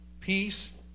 peace